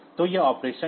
तो यह ऑपरेशन है